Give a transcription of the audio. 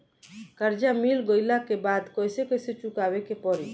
कर्जा मिल गईला के बाद कैसे कैसे चुकावे के पड़ी?